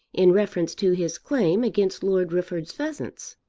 in reference to his claim against lord rufford's pheasants.